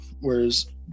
Whereas